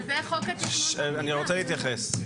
אני רוצה להתייחס.